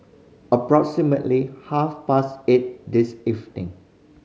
approximately half past eight this evening